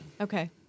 Okay